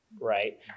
right